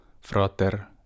frater